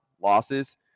losses